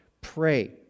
Pray